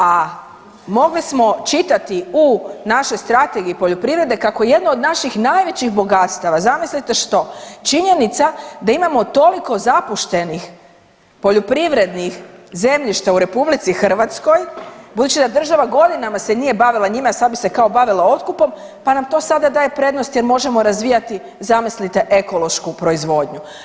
A mogli smo čitati u našoj strategiji poljoprivrede kako jedna od naših najvećih bogatstava, zamislite što, činjenica da imamo toliko zapuštenih poljoprivrednih zemljišta u RH budući da država godinama se nije bavila njima sada bi se kao bavila otkupom pa nam to sada daje prednost jer možemo razvijati zamislite ekološku proizvodnju.